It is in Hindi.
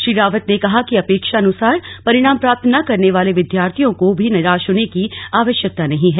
श्री रावत ने कहा कि अपेक्षानुसार परिणाम प्राप्त न करने वाले विद्यार्थियों को भी निराश होने की आवश्यकता नही है